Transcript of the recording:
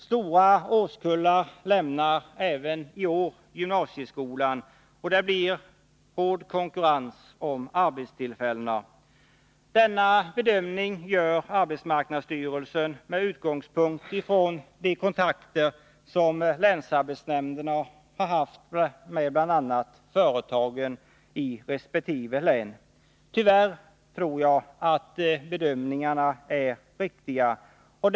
Stora årskullar lämnar även i år gymnasieskolan, och det blir hård konkurrens om arbetstillfällena. Denna bedömning gör arbetsmarknadsstyrelsen med utgångspunkt i de kontakter som länsarbetsnämnderna har haft med bl.a. företagen i resp. län. Jag tror, tyvärr, att man gjort en riktig bedömning.